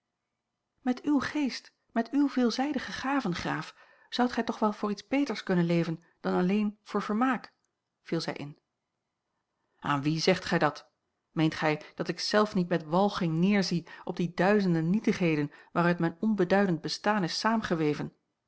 met uw geest met uwe veelzijdige gaven graaf zoudt gij toch wel voor iets beters kunnen leven dan alleen voor vermaak viel zij in aan wien zegt gij dat meent gij dat ik zelf niet met walging neerzie op die duizenden nietigheden waaruit mijn onbeduidend bestaan is